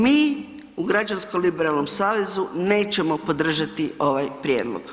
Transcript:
Mi u Građansko liberalnom savezu nećemo podržati ovaj prijedlog.